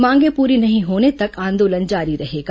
मांगे पूरी नहीं होने तक आंदोलन जारी रहेगा